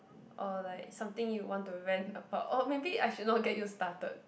or like something you want to rant about or maybe I should not get you started